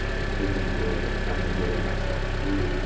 their kids enjoyed it. their friends enjoyed it, myself included.